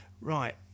right